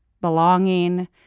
belonging